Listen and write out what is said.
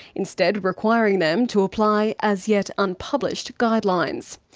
instead requiring them to apply as yet unpublished guidelines.